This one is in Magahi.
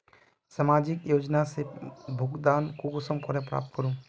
सामाजिक योजना से भुगतान कुंसम करे प्राप्त करूम?